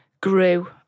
grew